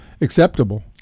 acceptable